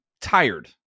tired